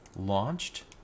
launched